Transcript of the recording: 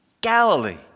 Galilee